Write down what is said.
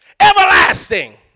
everlasting